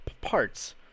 parts